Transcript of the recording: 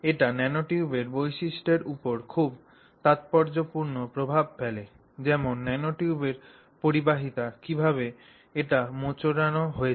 এটি ন্যানোটিউবের বৈশিষ্ট্যর উপর খুব তাৎপর্যপূর্ণ প্রভাব ফেলে যেমন ন্যানোটিউবের পরিবাহিতা কীভাবে এটি মোচড়ানো হয়েছে